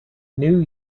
new